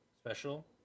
special